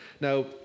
Now